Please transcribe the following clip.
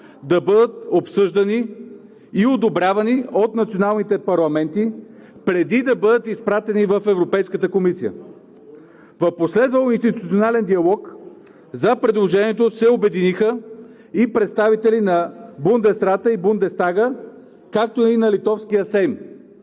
да бъдат обсъждани и одобрявани от националните парламенти преди да бъдат изпратени в Европейската комисия. В последвал институционален диалог зад предложението се обединиха и представителите на Бундесрата и Бундестага, както и на литовския Сейм.